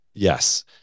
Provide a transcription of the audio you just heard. Yes